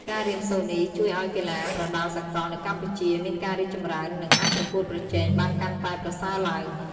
ការរៀនសូត្រនេះជួយឲ្យកីឡាប្រដាល់សកលនៅកម្ពុជាមានការរីកចម្រើន និងអាចប្រកួតប្រជែងបានកាន់តែប្រសើរឡើង។